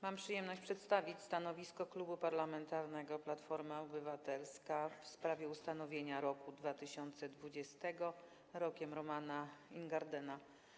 Mam przyjemność przedstawić stanowisko klubu parlamentarnego Platforma Obywatelska w sprawie ustanowienia roku 2020 Rokiem Romana Ingardena.